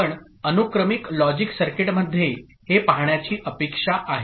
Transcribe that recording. आपण अनुक्रमिक लॉजिक सर्किटमध्ये हे पाहण्याची अपेक्षा आहे